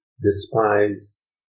Despise